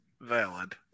valid